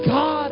God